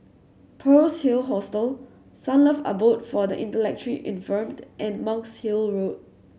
Pearl's Hill Hostel Sunlove Abode for the Intellectually Infirmed and Monk's Hill Road